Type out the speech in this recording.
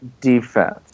Defense